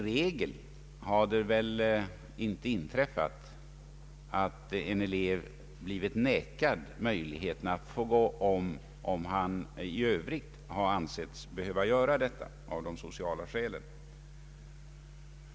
Det har väl knappast inträffat att en elev blivit nekad möjlighet att gå om, om han i övrigt har ansetts behöva göra det av de sociala skälen.